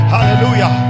Hallelujah